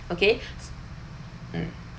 okay s~ mm so uh